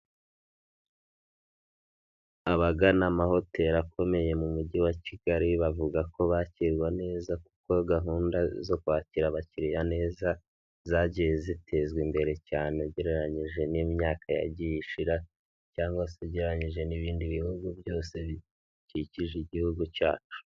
Abagana amahoteli akomeye mu Mujyi wa Kigali, bavuga ko bakirwa neza kuko gahunda zo kwakira abakiriya neza zagiye zitezwa imbere cyane ugereranyije n'imyaka yagiye ishira cyangwa se ugereranyije n'ibindi bihugu byose bikikije igihugu cyacu.